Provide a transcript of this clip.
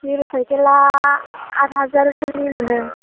हिर' साइकेला आथ हाजारसोनि मोनो